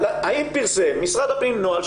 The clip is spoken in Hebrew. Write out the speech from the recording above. האם פרסם משרד הפנים נוהל,